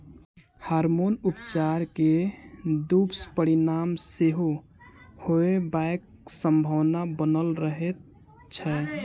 hormone उपचार के दुष्परिणाम सेहो होयबाक संभावना बनल रहैत छै